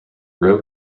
roe